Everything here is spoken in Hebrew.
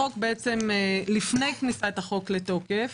לפני כניסת החוק לתוקף